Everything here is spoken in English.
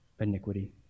iniquity